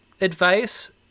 advice